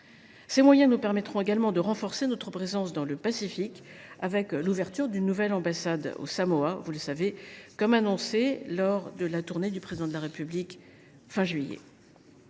Ces moyens nous permettront également de renforcer notre présence dans le Pacifique, avec l’ouverture d’une nouvelle ambassade aux Samoa, comme cela a été annoncé lors de la tournée du Président de la République à la